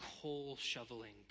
coal-shoveling